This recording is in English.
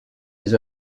his